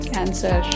Cancer